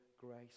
grace